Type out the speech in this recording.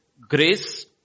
Grace